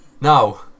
now